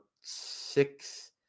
six